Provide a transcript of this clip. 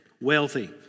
wealthy